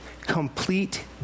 complete